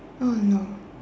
oh no